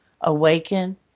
awaken